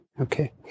Okay